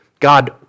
God